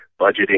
budgeting